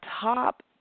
top